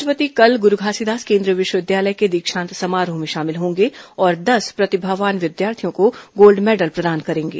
राष्ट्रपति कल गुरू घासीदास केंद्रीय विश्वविद्यालय के दीक्षांत समारोह में शामिल होंगे और दस प्रतिभावान विद्यार्थियों को गोल्ड मैडल प्रदान करेंगे